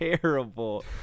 terrible